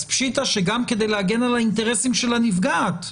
פשיטא שגם כדי להגן על האינטרסים של הנפגעת,